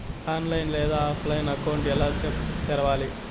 online లేదా ఆఫ్లైన్లో account ఎలా తెరవాలి